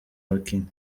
abakinnyi